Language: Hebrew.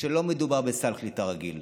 שלא מדובר בסל קליטה רגיל.